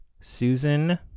Susan